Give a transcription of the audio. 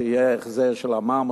שיהיה החזר של המע"מ,